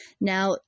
Now